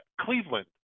Cleveland